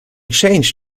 change